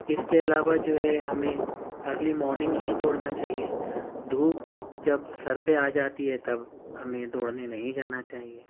اس کے علاوہ جو ہے ہمیں ارلی مارننگ ہی دوڑنا چاہیے دھوپ جب سر پہ آ جاتی ہے تب ہمیں دوڑنے نہیں جانا چاہیے